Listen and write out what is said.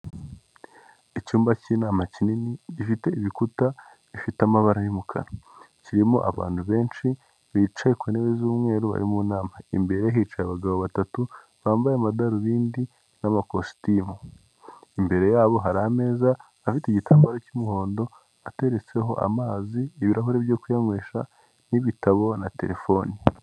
Icyumba cy'inama kinini gifite ibikuta bifite amabara y'umukara kirimo abantu benshi bicaye ku ntebe z'umweru bari mu nama, imbere hicaye abagabo batatu bambaye amadarubindi n'amakositimu, imbere yabo hari ameza afite igitambaro cy'umuhondo ateretseho amazi ibirahure byo kuyanywesha n'ibitabo na terefone.